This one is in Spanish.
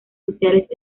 sociales